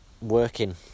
working